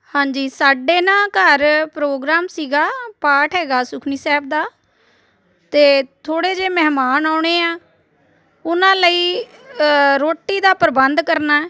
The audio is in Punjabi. ਹਾਂਜੀ ਸਾਡੇ ਨਾ ਘਰ ਪ੍ਰੋਗਰਾਮ ਸੀਗਾ ਪਾਠ ਹੈਗਾ ਸੁਖਮਨੀ ਸਾਹਿਬ ਦਾ ਅਤੇ ਥੋੜ੍ਹੇ ਜਿਹੇ ਮਹਿਮਾਨ ਆਉਣੇ ਆ ਉਹਨਾਂ ਲਈ ਰੋਟੀ ਦਾ ਪ੍ਰਬੰਧ ਕਰਨਾ